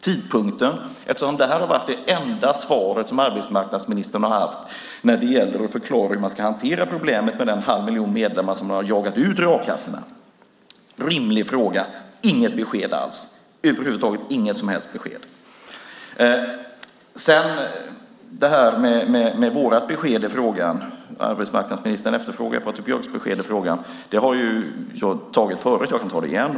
Tidpunkten - eftersom det här har varit det enda svar som arbetsmarknadsministern har gett när det gäller att förklara hur man ska hantera problemet med den halva miljon medlemmar som ni har jagat ut ur a-kassorna är det en rimlig fråga - inget besked alls. Över huvud taget får vi inget som helst besked. Vårt besked - arbetsmarknadsministern efterfrågar Patrik Björcks besked i frågan - har jag lämnat. Jag kan ta det igen.